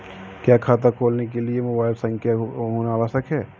क्या खाता खोलने के लिए मोबाइल संख्या होना आवश्यक है?